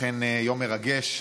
אכן יום מרגש.